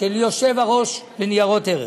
של יושב-ראש רשות ניירות ערך.